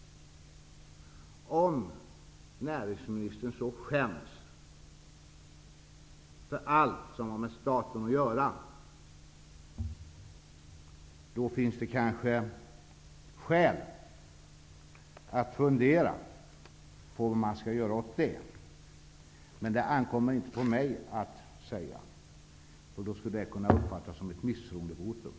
Om näringsministern skäms så för allt som har med staten att göra, finns det kanske skäl att fundera på vad man skall göra åt det. Det ankommer inte på mig att säga det. Det skulle kunna uppfattas som ett misstroendevotum.